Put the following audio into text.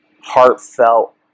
heartfelt